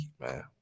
man